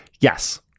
Yes